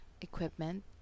equipment